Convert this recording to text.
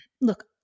Look